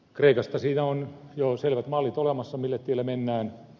kreikasta siinä on jo selvät mallit olemassa mille tielle mennään